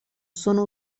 sono